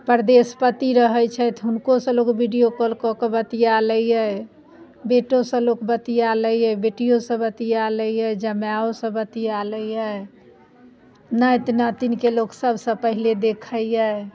परदेस पति रहै छथि हुनकोसँ लोक वीडिओ कॉल कऽ कऽ बतिआ लैए बेटोसँ लोक बतिआ लैए बेटिओसँ बतिआ लैए जमाइओसँ बतिआ लैए नाति नातिनके लोक सबसँ पहिले देखैए